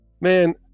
man